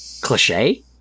cliche